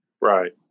Right